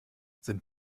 sind